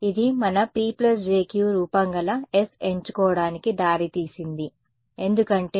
ఇది మన p jq రూపం గల s ఎంచుకోవడానికి దారితీసింది ఎందుకంటే అది e−jωt